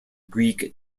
greek